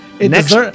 Next